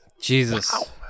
Jesus